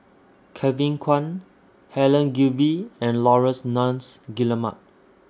Kevin Kwan Helen Gilbey and Laurence Nunns Guillemard